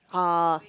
oh